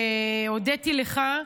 והודיתי לך,